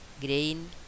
grain